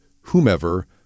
whomever